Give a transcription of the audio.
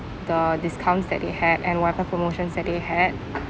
the discounts that they had and whatever promotions that they had